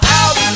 out